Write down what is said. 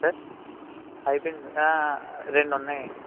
sir అయిపయింది sir రెండు ఉన్నాయండి